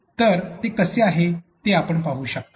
तर ते कसे आहे ते आपण पाहू शकता